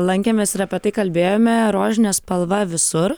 lankėmės ir apie tai kalbėjome rožinė spalva visur